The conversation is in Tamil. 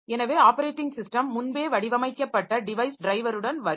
எனவே ஆப்பரேட்டிங் ஸிஸ்டம் முன்பே வடிவமைக்கப்பட்ட டிவைஸ் டிரைவருடன் வரும்